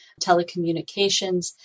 telecommunications